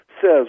says